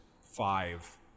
five